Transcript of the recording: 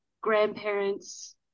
grandparents